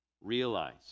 Realize